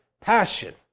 passion